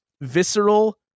visceral